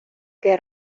que